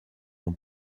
d’en